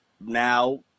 now